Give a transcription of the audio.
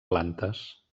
plantes